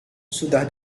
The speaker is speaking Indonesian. sudah